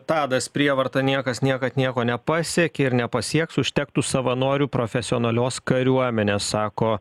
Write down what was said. tadas prievarta niekas niekad nieko nepasiekė ir nepasieks užtektų savanorių profesionalios kariuomenės sako